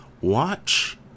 watch